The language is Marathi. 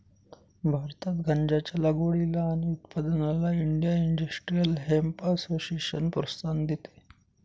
भारतात गांज्याच्या लागवडीला आणि उत्पादनाला इंडिया इंडस्ट्रियल हेम्प असोसिएशन प्रोत्साहन देते